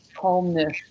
calmness